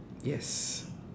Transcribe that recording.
yes